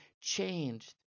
changed